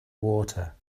water